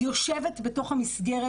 היא יושבת בתוך המסגרת.